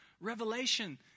revelation